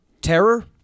Terror